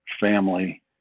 family